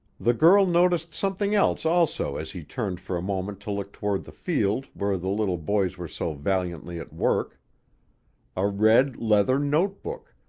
the girl noticed something else also as he turned for a moment to look toward the field where the little boys were so valiantly at work a red-leather note-book,